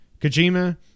Kojima